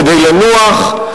כדי לנוח,